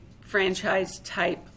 franchise-type